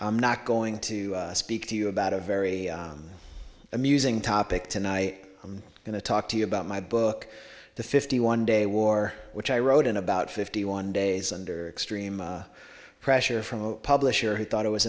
i'm not going to speak to you about a very amusing topic tonight i'm going to talk to you about my book the fifty one day war which i wrote in about fifty one days under extreme pressure from a publisher who thought it was